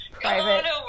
Private